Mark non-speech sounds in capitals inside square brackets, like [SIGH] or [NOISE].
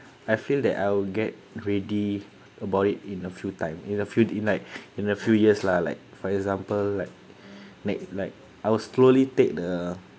I feel that I'll get greedy about it in a few time in a few in like [BREATH] in a few years lah like for example like make like I will slowly take the